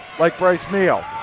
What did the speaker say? like bryce meehl,